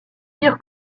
dire